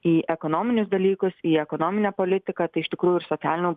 į ekonominius dalykus į ekonominę politiką tai iš tikrųjų ir socialinio